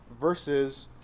versus